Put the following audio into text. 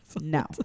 no